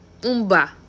Umba